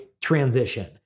transition